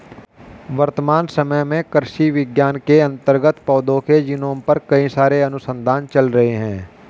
वर्तमान समय में कृषि विज्ञान के अंतर्गत पौधों के जीनोम पर कई सारे अनुसंधान चल रहे हैं